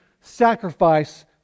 sacrifice